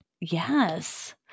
yes